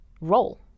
role